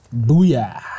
Booyah